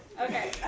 Okay